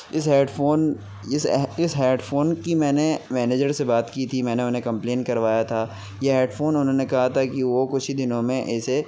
اس headphone اس headphone کی میں نے مینیجر سے بات کی تھی میں نے انہیں کمپلین کروایا تھا یہ ہیڈ فون انہوں نے کہا تھا کہ وہ کچھ ہی دنوں میں اسے